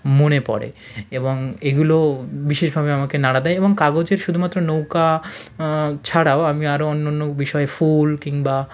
মনে পড়ে এবং এগুলো বিশেষভাবে আমাকে নাড়া দেয় এবং কাগজের শুধুমাত্র নৌকা ছাড়াও আমি আরও অন্য অন্য বিষয় ফুল কিংবা